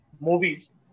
movies